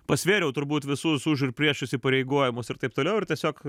pasvėriau turbūt visus už ir prieš įsipareigojimus ir taip toliau ir tiesiog